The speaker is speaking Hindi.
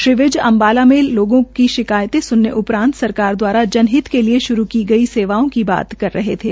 श्री विज अम्बाला में लोगों की शिकायतें स्नने के उपरांत सरकार दवारा जनहित के लिए शुरू की गई सेवाओं की बात कर रहे थे